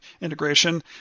integration